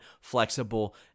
flexible